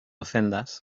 ofendas